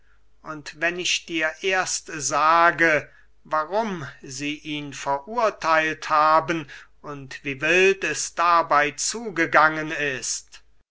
und wenn ich dir erst sage warum sie ihn verurtheilt haben und wie wild es dabey zugegangen ist